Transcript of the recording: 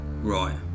Right